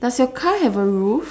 does your car have a roof